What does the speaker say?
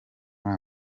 muri